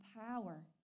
power